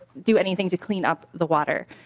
do anything to clean up the water.